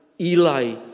Eli